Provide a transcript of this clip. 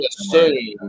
assume